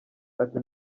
ati